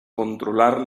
controlar